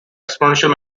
exponential